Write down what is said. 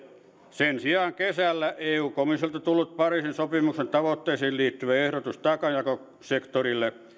sen sijaan kesällä eu komissiolta tullut pariisin sopimuksen tavoitteisiin liittyvä ehdotus taakanjakosektorille